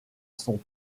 son